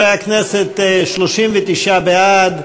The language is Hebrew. חברי הכנסת, 39 בעד.